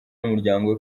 n’umuryango